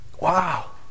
Wow